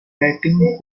batting